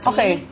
Okay